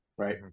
Right